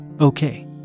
Okay